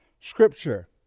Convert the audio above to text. Scripture